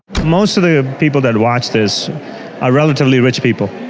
most of the people that watch this are relatively rich people,